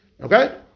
okay